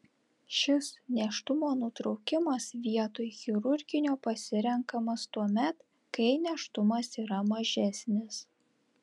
šis nėštumo nutraukimas vietoj chirurginio pasirenkamas tuomet kai nėštumas yra mažesnis